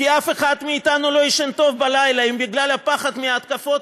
כי אף אחד מאתנו לא יישן טוב בלילה אם בגלל הפחד מההתקפות